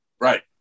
right